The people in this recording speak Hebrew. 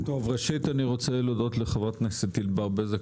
ראשית אני רוצה להודות לחברת הכנסת ענבר בזק,